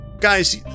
Guys